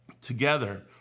together